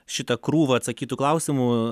šitą krūvą atsakytų klausimų